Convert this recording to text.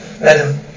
Madam